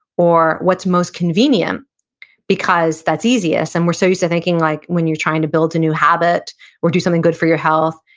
or what's most convenient because that's easiest. and we're so used to thinking, like when you're trying to build a new habit or do something good for your health,